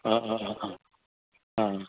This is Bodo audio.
अ अ अ